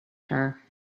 her